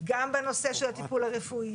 גם בנושא של הטיפול הרפואי,